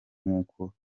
nk’uko